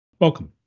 Welcome